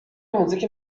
موزیک